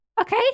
Okay